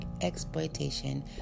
exploitation